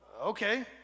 Okay